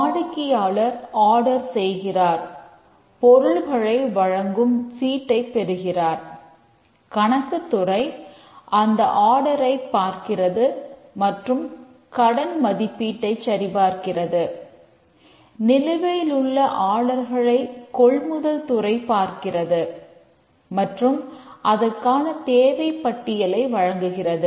வாடிக்கையாளர் ஆர்டர் கொள்முதல் துறை பார்க்கிறது மற்றும் அதற்கான தேவைப் பட்டியலை வழங்குகிறது